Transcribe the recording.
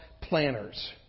planners